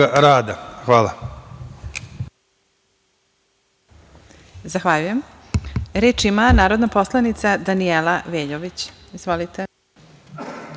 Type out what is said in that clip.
rada. Hvala.